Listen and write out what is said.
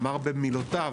אמר במילותיו